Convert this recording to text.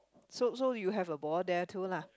so so you have a ball there too lah